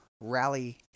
rally